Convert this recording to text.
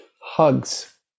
hugs